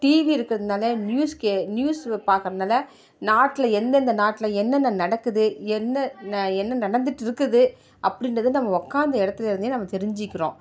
TV இருக்கிறதுனால நியூஸ் கே நியூஸ் பார்க்குறதுனால நாட்டில் எந்தெந்த நாட்டில் என்னென்ன நடக்குது எந்த என்ன நடந்துககிட்டு இருக்குது அப்படின்றத நம்ம உக்காந்து இடத்துல இருந்தே நம்ம தெரிஞ்சுக்கிறோம்